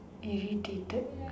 irritated